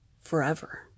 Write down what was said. forever